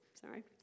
Sorry